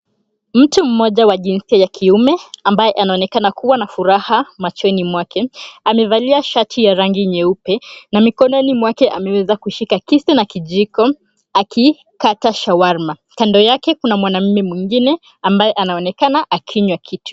Mtu mmoja wa jinsia ya kiume ambaye anaonekana kuwa na furaha usoni mwake amevalia shati nyeupe na mkononi mwake ameweza kushika kisu na kijiko akikata shawarma. Kando yake kuna mwanaume mwingine ambaye anaonekana akinywa kitu.